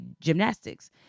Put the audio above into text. Gymnastics